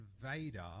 Vader